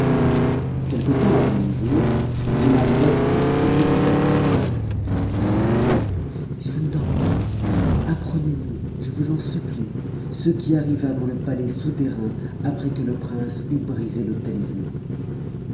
quelque temps avant le jour dinarzade s'étant réveillée dit à la sultane ma soeur si vous ne dormez pas apprenez nous je vous en supplie ce qui arriva dans le palais souterrain après que le prince eut brisé le talisman